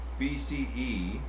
BCE